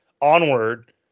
Onward